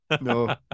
no